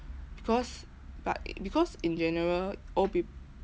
because but because in general old peop~